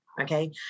Okay